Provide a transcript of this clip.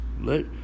Let